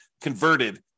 converted